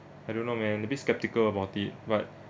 I don't know man maybe skeptical about it but